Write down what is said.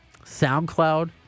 SoundCloud